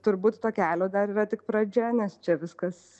turbūt to kelio dar yra tik pradžia nes čia viskas